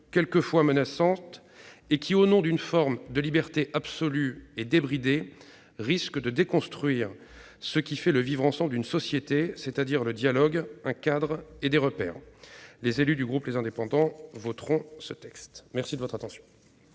quelquefois menaçantes, qui, au nom d'une forme de liberté absolue et débridée, risquent de déconstruire ce qui fait le vivre-ensemble d'une société, c'est-à-dire le dialogue, un cadre et des repères. Les élus du groupe Les Indépendants - République et Territoires voteront